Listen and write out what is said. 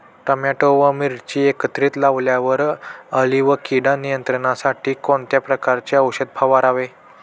Tomato व मिरची एकत्रित लावल्यावर अळी व कीड नियंत्रणासाठी कोणत्या प्रकारचे औषध फवारावे?